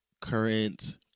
current